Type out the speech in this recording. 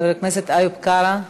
חבר הכנסת איוב קרא,